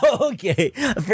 Okay